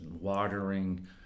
watering